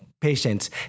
patients